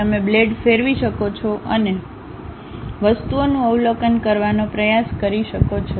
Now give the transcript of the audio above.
તમે બ્લેડ ફેરવી શકો છો અને વસ્તુઓનું અવલોકન કરવાનો પ્રયાસ કરી શકો છો